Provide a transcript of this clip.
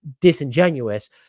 disingenuous